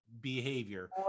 behavior